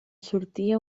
sortia